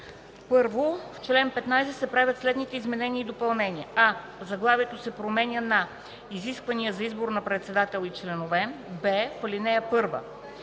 „1. В чл. 15 се правят следните изменения и допълнения: а) заглавието се променя на „Изисквания за избор на председател и членове.”; б) в ал.